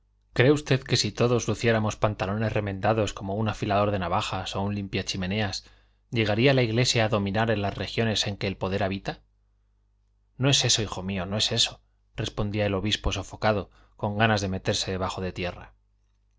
cree usted que si todos luciéramos pantalones remendados como un afilador de navajas o un limpia chimeneas llegaría la iglesia a dominar en las regiones en que el poder habita no es eso hijo mío no es eso respondía el obispo sofocado con ganas de meterse debajo de tierra